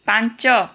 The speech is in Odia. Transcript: ପାଞ୍ଚ